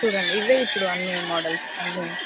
చూడండి ఇవే ఇప్పుడు అన్ని మోడల్స్ అన్ని